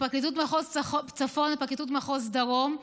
בפרקליטות מחוז צפון ובפרקליטות מחוז דרום.